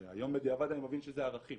שהיום בדיעבד אני מבין שזה ערכים,